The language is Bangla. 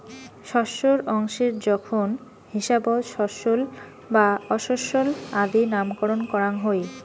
শস্যর অংশের জোখন হিসাবত শস্যল বা অশস্যল আদি নামকরণ করাং হই